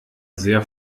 sehr